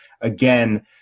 Again